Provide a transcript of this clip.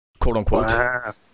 quote-unquote